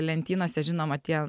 lentynose žinoma tie